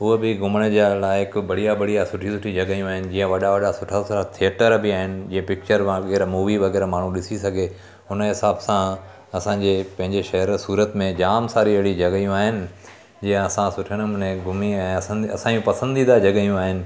उहा बि घुमण जा लाइक़ु बढ़िया बढ़िया सुठी सुठी जॻहियूं आहिनि जीअं वॾा वॾा सुठा सुठा थिएटर बि आहिनि जीअं पिचर वग़ैरह मूवी वग़ैरह माण्हू ॾिसी सघे हुनजे हिसाब सां असांजे पंहिंजे शहर सूरत में जाम सारी अहिड़ियूं जॻहियूं आहिनि जीअं असां सुठे नमूने घुमी ऐं असांजी असांजी पसंदीदा जॻहियूं आहिनि